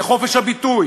זה חופש הביטוי,